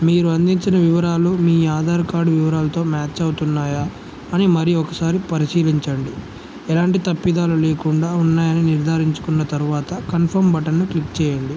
మీరు అందించిన వివరాలు మీ ఆధార్ కార్డు వివరాలతో మ్యాచ్ అవుతున్నాయా అని మరి ఒకసారి పరిశీలించండి ఎలాంటి తప్పిదాలు లేకుండా ఉన్నాయని నిర్ధారించుకున్న తర్వాత కన్ఫర్మ్ బటన్ని క్లిక్ చేయండి